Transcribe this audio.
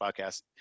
podcast